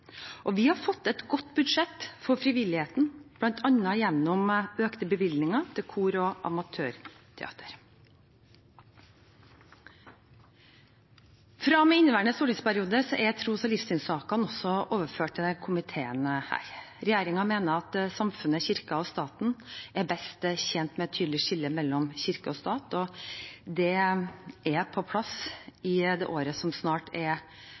fellesskap. Vi har fått til et godt budsjett for frivilligheten, bl.a. gjennom økte bevilgninger til kor og amatørteater. Fra og med inneværende stortingsperiode er tros- og livssynssakene også overført til denne komiteen. Regjeringen mener at samfunnet, kirken og staten er best tjent med et tydelig skille mellom kirke og stat, og det er på plass i det året som snart er